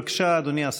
בבקשה, אדוני השר.